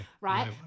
right